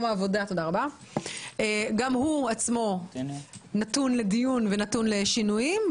העבודה" גם הוא עצמו נתון לדיון ונתון לשינויים.